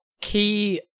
key